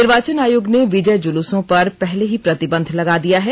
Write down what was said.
निर्वाचन आयोग ने विजय जुलूसों पर पहले ही प्रतिबंध लगा दिया है